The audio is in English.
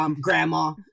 grandma